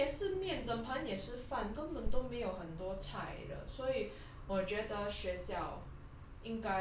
整盘也是面整盘也是饭根本都没有很多菜的所以我觉得学校